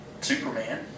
Superman